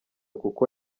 kuko